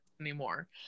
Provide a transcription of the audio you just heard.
anymore